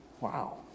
Wow